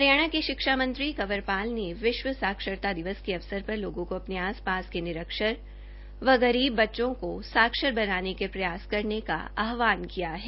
हरियाणा के शिक्षा मंत्री श्री कंवर पाल ने विश्व साक्षरता दिवस के अवसर पर लोगों को अपने आसपास के निरक्षर व गरीब बच्चों का साक्षर बनाने के प्रयास करने का आहवान किया है